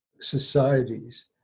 societies